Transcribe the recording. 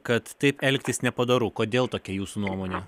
kad taip elgtis nepadoru kodėl tokia jūsų nuomonė